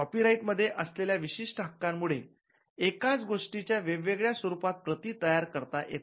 copyright मध्ये असलेल्या विशिष्ट हक्कांमुळे एकाच गोष्टीच्या वेगवेगळ्या स्वरूपात प्रती तयार करता येतात